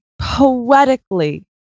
poetically